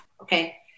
okay